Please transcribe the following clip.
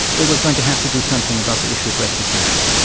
it was going to have to do something about the issue of restitution.